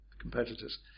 competitors